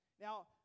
Now